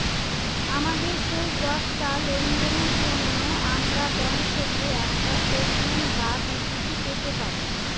আমাদের শেষ দশটা লেনদেনের জন্য আমরা ব্যাংক থেকে একটা স্টেটমেন্ট বা বিবৃতি পেতে পারি